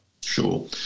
Sure